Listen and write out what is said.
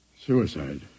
Suicide